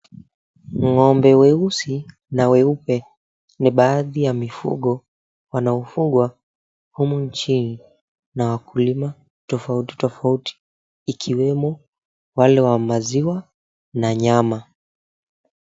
Ng'ombe weupe na weusi ni baadhi ya mifugo wanaofugwa humu nchini na wakulima tofauti tofauti ikiwemo wale wa maziwa na nyama.